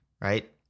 Right